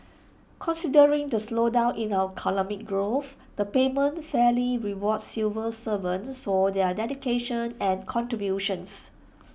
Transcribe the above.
considering the slowdown in our economic growth the payment fairly rewards civil servants for their dedication and contributions